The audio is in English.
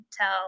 tell